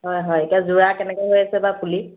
হয় হয় এতিয়া জোৰা কেনেকৈ হৈ আছে বা পুলি